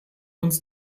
uns